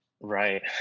Right